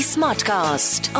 Smartcast